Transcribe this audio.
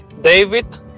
David